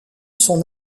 son